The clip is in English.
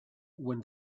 when